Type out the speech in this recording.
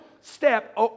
step